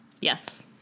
yes